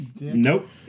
Nope